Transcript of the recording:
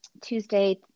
Tuesday